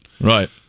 Right